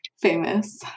famous